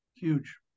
Huge